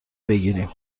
بگیریم